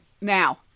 Now